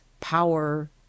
power